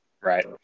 Right